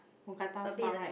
Mookata style right